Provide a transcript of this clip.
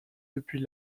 depuis